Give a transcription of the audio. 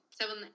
seven